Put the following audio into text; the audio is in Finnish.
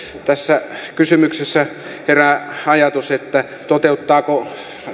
tässä herää ajatus toteuttaako